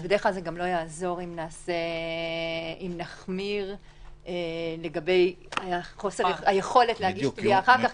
אז בדרך כלל זה גם לא יעזור אם נחמיר לגבי היכולת להגיש תביעה אחר כך,